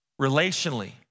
Relationally